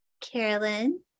Carolyn